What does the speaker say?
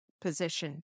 position